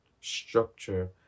structure